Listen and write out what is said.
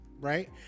Right